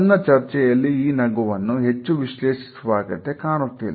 ನನ್ನ ಚರ್ಚೆಯಲ್ಲಿ ಈ ನಗುವನ್ನು ಹೆಚ್ಚು ವಿಶ್ಲೇಷಿಸುವ ಅಗತ್ಯ ಕಾಣುತ್ತಿಲ್ಲ